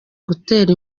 gutera